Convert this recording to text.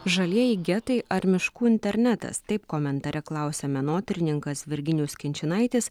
žalieji getai ar miškų internetas taip komentare klausia menotyrininkas virginijus kinčinaitis